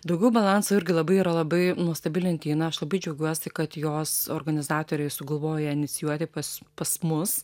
daugiau balanso irgi labai yra labai nuostabi lentyna aš labai džiaugiuosi kad jos organizatoriai sugalvojo inicijuoti pas pas mus